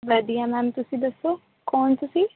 ਵਧੀਆ ਮੈਮ ਤੁਸੀਂ ਦੱਸੋ ਕੌਣ ਤੁਸੀਂ